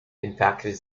impacted